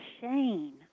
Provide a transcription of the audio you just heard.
Shane